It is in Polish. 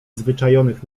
zaczajonych